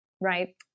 right